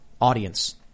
audience